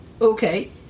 Okay